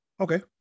Okay